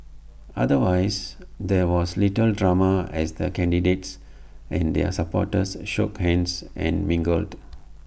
otherwise there was little drama as the candidates and their supporters shook hands and mingled